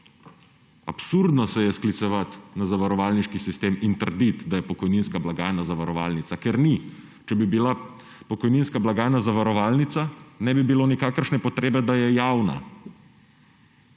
Absurdno se je sklicevati na zavarovalniški sistem in trditi, da je pokojninska blagajna zavarovalnica – ker ni. Če bi bila pokojninska blagajna zavarovalnica, ne bi bilo nikakršne potrebe, da je javna.